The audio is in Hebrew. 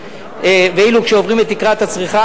ואילו כשעוברים את תקרת הצריכה,